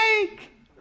make